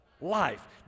Life